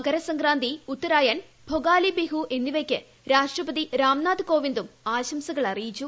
മകരസരിക്ട്രാന്തി ഉത്തരായൻ ഭൊഗാലി ബിഹു എന്നിവയ്ക്ക് രൂഷ്ട്രടപതി രാംനാഥ് കോവിന്ദും ആശംസകളറിയിച്ചു